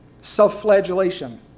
Self-flagellation